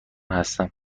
هستم